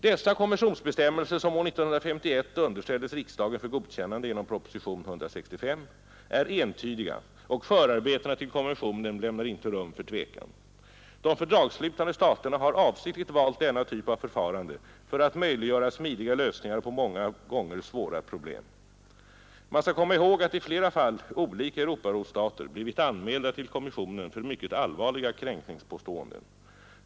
Dessa konventionsbestämmelser, som år 1951 underställdes riksdagen för godkännande genom proposition nr 165, är entydiga, och förarbetena till konventionen lämnar inte rum för tvekan. De fördragsslutande staterna har avsiktligt valt denna typ av förfarande för att möjliggöra smidiga lösningar på många gånger svåra problem. Man skall komma ihåg att i flera fall olika Europarådsstater blivit anmälda till kommissionen för mycket allvarliga kränkningspåståenden.